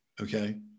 okay